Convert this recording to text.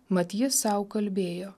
mat ji sau kalbėjo